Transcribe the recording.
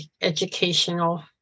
educational